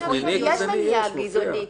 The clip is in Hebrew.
--- מעשים גזעניים --- לא, יש מניע גזעני.